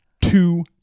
two